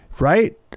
Right